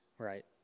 Right